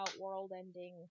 world-ending